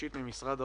משרד האוצר,